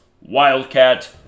Wildcat